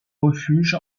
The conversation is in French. refuge